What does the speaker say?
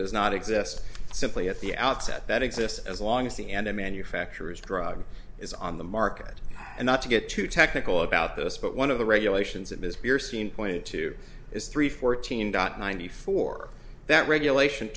does not exist simply at the outset that exists as long as the end manufacturers drug is on the market and not to get too technical about this but one of the regulations that ms beer scene pointed to is three fourteen dot ninety four that regulation